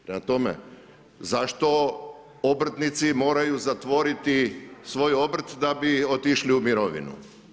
Prema tome, zašto obrtnici moraju zatvoriti svoj obrt da bi otišli u mirovinu?